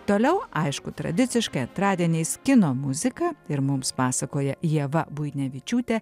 toliau aišku tradiciškai antradieniais kino muzika ir mums pasakoja ieva buinevičiūtė